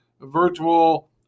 virtual